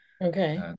okay